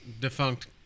defunct